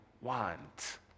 want